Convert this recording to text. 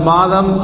Madam